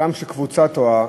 גם כשקבוצה טועה,